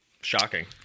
Shocking